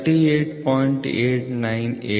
Hole based system Hole size H